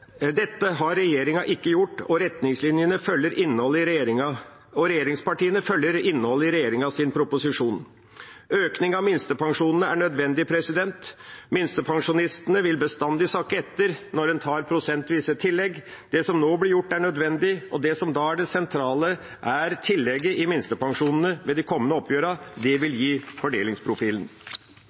Dette har regjeringa ikke gjort, og regjeringspartiene følger innholdet i regjeringas proposisjon. Økning av minstepensjonene er nødvendig. Minstepensjonistene vil bestandig sakke etter når en tar prosentvise tillegg. Det som nå blir gjort, er nødvendig, og det som da er det sentrale, er tillegget i minstepensjonene ved de kommende oppgjørene. Det vil gi fordelingsprofilen.